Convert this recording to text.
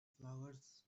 flowers